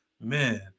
man